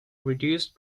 reduced